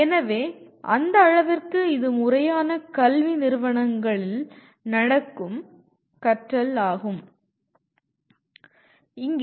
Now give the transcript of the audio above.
எனவே அந்த அளவிற்கு இது முறையான கல்வி நிறுவனங்களில் நடக்கும் கற்றல் ஆகும்